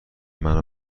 منو